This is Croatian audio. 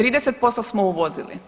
30% smo uvozili.